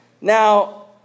Now